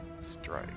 strike